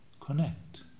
connect